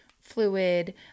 fluid